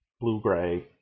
blue-gray